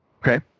Okay